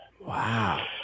Wow